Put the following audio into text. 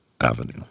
Avenue